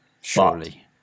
Surely